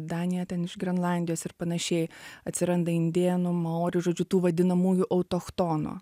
daniją ten iš grenlandijos ir panašiai atsiranda indėnų maorių žodžiu tų vadinamųjų autochtonų